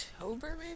October